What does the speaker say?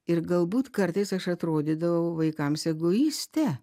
ir galbūt kartais aš atrodydavau vaikams egoiste